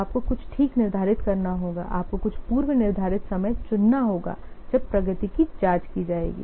तो आपको कुछ ठीक निर्धारित करना होगा आपको कुछ पूर्व निर्धारित समय चुनना होगा जब प्रगति की जांच की जाएगी